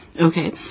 Okay